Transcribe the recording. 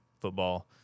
football